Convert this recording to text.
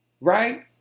right